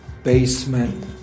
basement